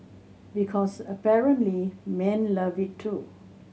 because apparently men love it too